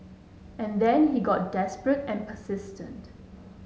and then he got desperate and persistent